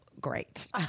great